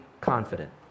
confident